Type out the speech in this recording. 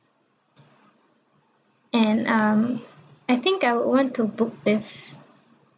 and um I think I would want to book this